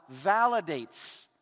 validates